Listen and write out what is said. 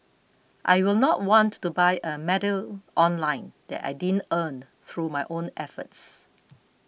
I will not want to buy a medal online that I didn't earn through my own efforts